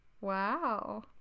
Wow